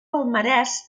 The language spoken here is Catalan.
palmarès